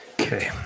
Okay